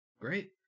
Great